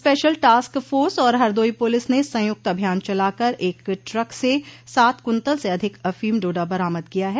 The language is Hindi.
स्पेशल टास्क फोर्स और हरदोई पुलिस ने संयुक्त अभियान चलाकर एक ट्रक से सात कुन्तल से अधिक अफीम डोडा बरामद किया है